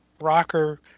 rocker